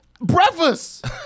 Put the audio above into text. Breakfast